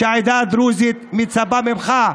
שהעדה הדרוזית מצפה ממך,